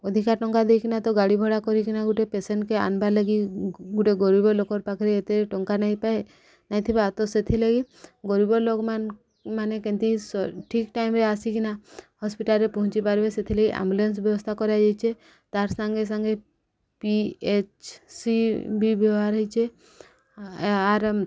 ଅଧିକା ଟଙ୍କା ଦେଇକିନା ତ ଗାଡ଼ି ଭଡ଼ା କରିକିନା ଗୋଟେ ପେସେଣ୍ଟକେ ଆନ୍ବାର୍ ଲାଗି ଗୋଟେ ଗରିବ ଲୋକ ପାଖରେ ଏତେ ଟଙ୍କା ନାଇଁ ଥାଏ ନାଇଁଥିବା ତ ସେଥିଲାଗି ଗରିବ ଲୋକମାନେ କେମିତି ଠିକ୍ ଟାଇମ୍ରେ ଆସିକିନା ହସ୍ପିଟାଲରେ ପହଞ୍ଚି ପାରିବେ ସେଥିଲାଗି ଆମ୍ବୁଲାନ୍ସ ବ୍ୟବସ୍ଥା କରାଯାଇଛେ ତାର୍ ସାଙ୍ଗେ ସାଙ୍ଗେ ପି ଏଚ୍ ସି ବି ବ୍ୟବହାର ହେଇଛେ ଆର୍